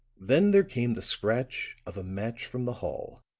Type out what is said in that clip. then there came the scratch of a match from the hall,